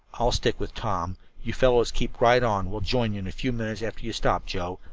i'll stick with tom you fellows keep right on. we'll join you in a few minutes after you stop. joe,